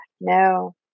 No